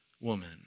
woman